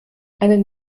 einen